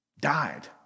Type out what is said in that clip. Died